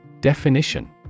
Definition